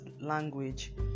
language